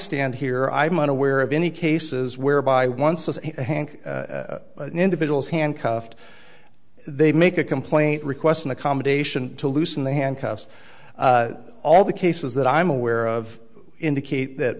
stand here i'm unaware of any cases where by once a hank individuals handcuffed they make a complaint request an accommodation to loosen the handcuffs all the cases that i'm aware of indicate that